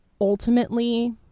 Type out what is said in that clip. ultimately